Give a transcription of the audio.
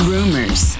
Rumors